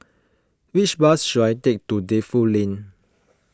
which bus should I take to Defu Lane